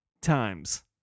times